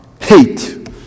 hate